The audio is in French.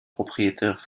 propriétaires